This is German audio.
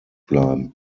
bleiben